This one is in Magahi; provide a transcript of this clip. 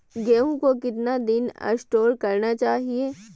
गेंहू को कितना दिन स्टोक रखना चाइए?